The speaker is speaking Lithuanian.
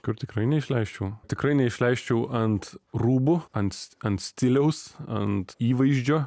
kur tikrai neišleisčiau tikrai neišleisčiau ant rūbų ant ant stiliaus ant įvaizdžio